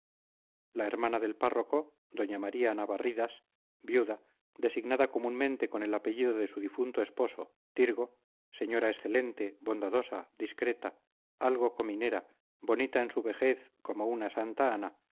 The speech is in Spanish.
la hermana del párroco doña maría navarridas viuda designada comúnmente con el apellido de su difunto esposo tirgo señora excelente bondadosa discreta algo cominera bonita en su vejez como una santa ana